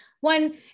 One